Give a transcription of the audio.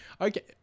okay